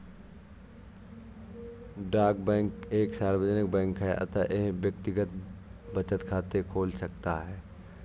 डाक बैंक एक सार्वजनिक बैंक है अतः यह व्यक्तिगत बचत खाते खोल सकता है